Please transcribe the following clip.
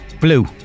Blue